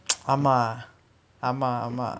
ஆமா ஆமா ஆமா:aamaa aamaa aamaa